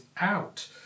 out